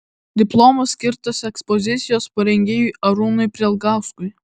diplomas skirtas ekspozicijos parengėjui arūnui prelgauskui